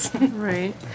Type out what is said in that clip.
Right